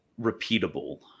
repeatable